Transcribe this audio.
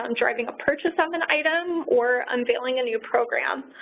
um driving a purchase of an item, or unveiling a new program.